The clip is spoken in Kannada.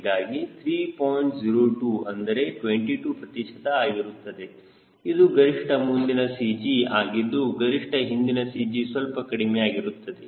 02 ಅಂದರೆ 22 ಪ್ರತಿಶತ ಆಗುತ್ತದೆ ಇದು ಗರಿಷ್ಠ ಮುಂದಿನ CG ಆಗಿದ್ದು ಗರಿಷ್ಠ ಹಿಂದಿನ CG ಸ್ವಲ್ಪ ಕಡಿಮೆ ಆಗಿರುತ್ತದೆ